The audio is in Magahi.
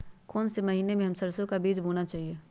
कौन से महीने में हम सरसो का बीज बोना चाहिए?